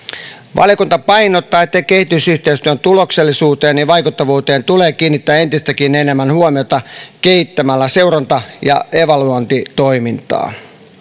valiokunta painottaa että kehitysyhteistyön tuloksellisuuteen ja vaikuttavuuteen tulee kiinnittää entistäkin enemmän huomiota kehittämällä seuranta ja evaluointitoimintaa